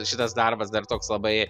šitas darbas dar toks labai